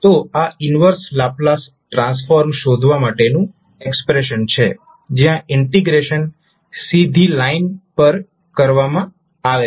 તો આ inverse Laplace transform શોધવા માટેનું એક્સપ્રેશન છે જ્યાં ઇન્ટિગ્રેશન સીધી લાઇન પર કરવામાં આવે છે